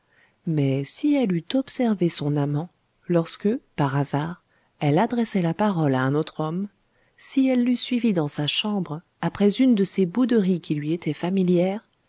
mais si elle eût observé son amant lorsque par hasard elle adressait la parole à un autre homme si elle l'eût suivi dans sa chambre après une de ces bouderies qui lui étaient familières